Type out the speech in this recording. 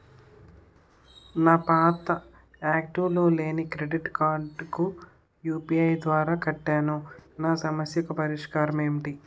నా పాత యాక్టివ్ లో లేని క్రెడిట్ కార్డుకు యు.పి.ఐ ద్వారా కట్టాను నా సమస్యకు పరిష్కారం ఎంటి?